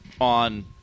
on